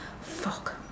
fuck